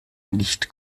nicht